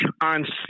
on